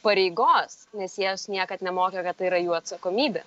pareigos nes jie jos niekad nemokė kad tai yra jų atsakomybė